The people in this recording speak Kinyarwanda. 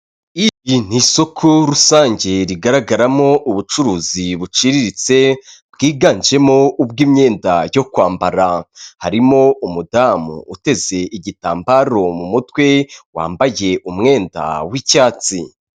Iri ni isoko rusange rigaragaramo ubucuruzi buciriritse bwiganjemo ubw'imyenda yo kwambara, harimo umudamu uteze igitambaro mu mutwe wambaye umwenda w'icyatsi.